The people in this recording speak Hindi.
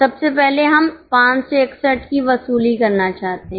सबसे पहले हम 561 की वसूली करना चाहते हैं